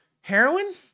Heroin